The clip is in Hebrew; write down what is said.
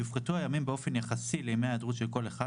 יופחתו הימים באופן יחסי לימי ההיעדרות של כל אחד